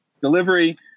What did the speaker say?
Delivery